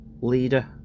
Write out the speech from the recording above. leader